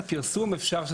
נכון,